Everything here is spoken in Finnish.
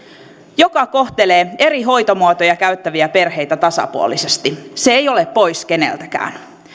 joka kohtelee eri hoitomuotoja käyttäviä perheitä tasapuolisesti se ei ole pois keneltäkään